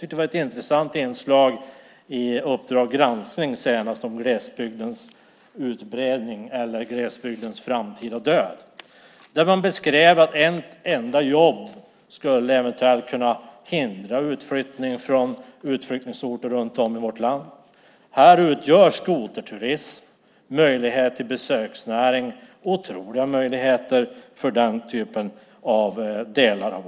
Det var ett intressant inslag senast i Uppdrag granskning på tv om glesbygdens utbredning eller glesbygdens framtida död. Man beskrev att ett enda jobb eventuellt skulle kunna ändra utflyttning från utflyttningsorter runt om i vårt land. Här är skoterturism och möjlighet till besöksnäring otroliga möjligheter i delar av vårt land.